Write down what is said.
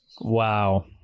Wow